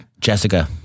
Jessica